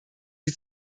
sie